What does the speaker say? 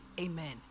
amen